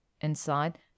Inside